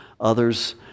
others